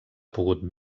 pogut